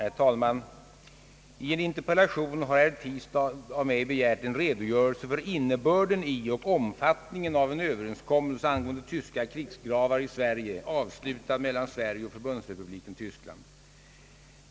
Herr talman! I en interpellation har herr Tistad av mig begärt en redogörelse för innebörden i och omfattningen av en Överenskommelse angående tyska krigsgravar i Sverige avslutad mellan Sverige och Förbundsrepubliken Tyskland.